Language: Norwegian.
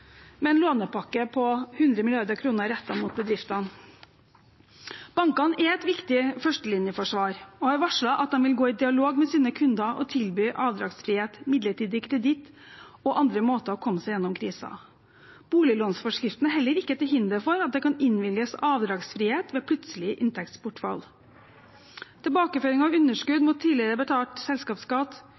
lånepakke på 100 mrd. kr rettet mot bedriftene. Bankene er et viktig førstelinjeforsvar og har varslet at de vil gå i dialog med sine kunder og tilby avdragsfrihet, midlertidig kreditt og andre måter å komme seg gjennom krisen på. Boliglånsforskriften er heller ikke til hinder for at det kan innvilges avdragsfrihet ved plutselige inntektsbortfall. Tilbakeføring av underskudd mot tidligere betalt selskapsskatt